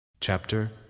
Chapter